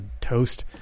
toast